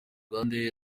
rwandair